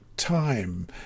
time